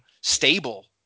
stable